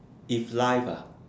if life ah